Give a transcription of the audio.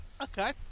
Okay